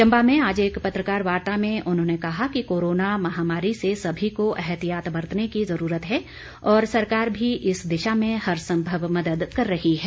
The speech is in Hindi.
चंबा में आज एक पत्रकार वार्ता में उन्होंने कहा कि कोरोना महामारी से सभी एहतियात बरतने की ज़रूरत है और सरकार भी इस दिशा में हर संभव मदद कर रही है